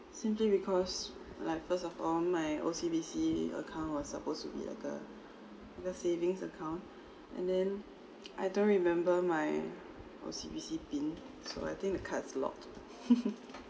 simply because like first of all my O_C_B_C account was supposed to be like a the savings account and then I don't remember my O_C_B_C pin so I think the card's locked